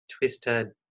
twisted